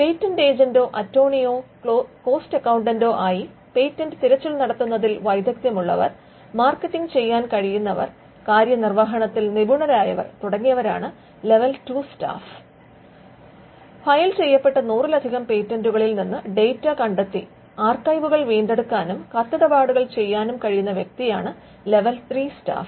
patent ഏജന്റോ അറ്റോർണിയോ cost അക്കൌണ്ടന്റോ ആയി പേറ്റന്റ് തിരച്ചിൽ നടത്തുന്നതിൽ വൈദഗ്ധ്യമുള്ളവർ മാർക്കറ്റിംഗ് ചെയ്യാൻ കഴിയുന്നവർ കാര്യനിർവ്വഹണത്തിൽ നിപുണരായവർ തുടങ്ങിയവരാണ് ലെവൽ 2 സ്റ്റാഫ് ഫയൽ ചെയ്യപ്പെട്ട നൂറിലധികം പേറ്റന്റുകളിൽ നിന്ന് ഡാറ്റാ കണ്ടെത്തി ആർക്കൈവുകൾ വീണ്ടെടുക്കാനും കാത്തിടപാടുകളും ചെയ്യാൻ കഴിയുന്ന വ്യക്തിയാണ് ലെവൽ 3 സ്റ്റാഫ്